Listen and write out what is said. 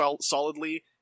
solidly